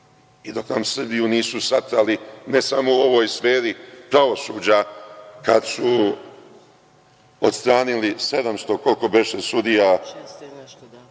i dok vam Srbiju nisu saprali, ne samo u ovoj sferi pravosuđa kada su odstranili 700, koliko beše, sudija